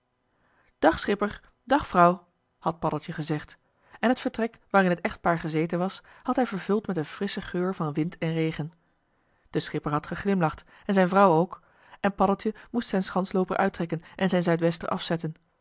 dag schipper dag vrouw had paddeltje gezegd en het vertrek waarin het echtpaar gezeten was had hij vervuld met een frisschen geur van wind en regen de schipper had geglimlacht en zijn vrouw ook en paddeltje moest zijn schanslooper uittrekken en zijn zuidwester afzetten